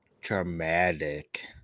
Traumatic